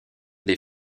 les